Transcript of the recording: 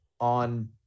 on